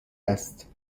است